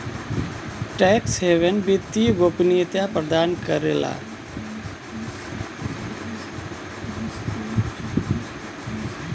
tax haven वित्तीय गोपनीयता प्रदान करला